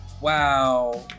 Wow